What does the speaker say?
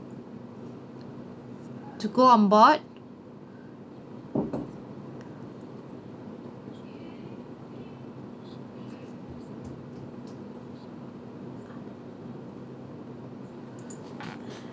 to go onboard